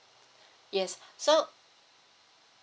yes so